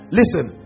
listen